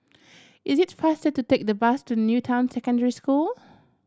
it is faster to take the bus to New Town Secondary School